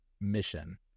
mission